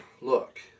look